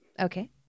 Okay